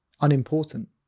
unimportant